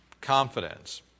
confidence